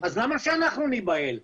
אז למה שאנחנו ניבהל?